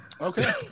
Okay